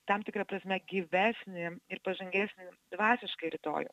tam tikra prasme gyvesnį ir pažangesnį dvasišką rytojų